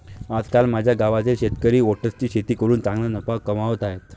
आजकाल माझ्या गावातील शेतकरी ओट्सची शेती करून चांगला नफा कमावत आहेत